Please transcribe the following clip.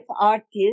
artists